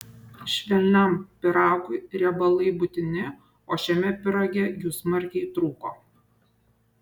švelniam pyragui riebalai būtini o šiame pyrage jų smarkiai trūko